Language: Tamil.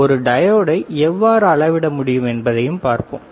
ஒரு டையோடை எவ்வாறு அளவிட முடியும் என்பதைப் பார்ப்போம்